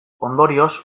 ondorioz